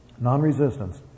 Non-resistance